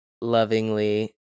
lovingly